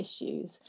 issues